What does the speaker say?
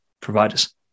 providers